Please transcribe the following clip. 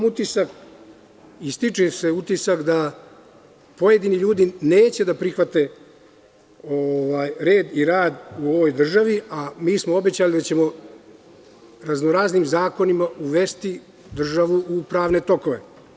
Stiče se utisak da pojedini ljudi neće da prihvate red i rad u ovoj državi, a mi smo obećali da ćemo raznoraznim zakonima uvesti državu u pravne tokove.